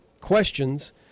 questions